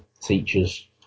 teachers